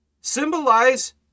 symbolize